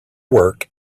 work